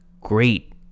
great